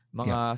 mga